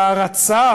וההערצה,